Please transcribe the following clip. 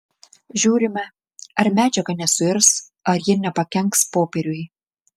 žiūrime ar medžiaga nesuirs ar ji nepakenks popieriui